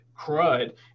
crud